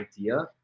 idea